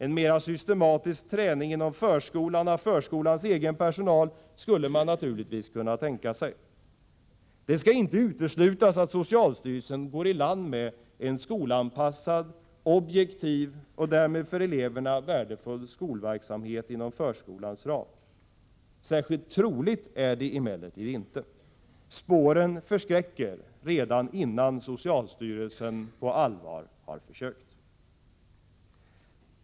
En mera systematisk träning inom förskolan av förskolans egen personal skulle man naturligtvis kunna tänka sig. Det skall inte uteslutas att socialstyrelsen går i land med en skolanpassad, objektiv och därmed för eleverna värdefull skolverksamhet inom förskolans ram. Särskilt troligt är det emellertid inte. Spåren förskräcker redan innan socialstyrelsen på allvar har försökt.